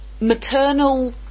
maternal